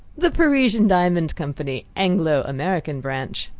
the parisian diamond company anglo-american branch.